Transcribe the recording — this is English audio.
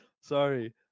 sorry